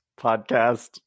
podcast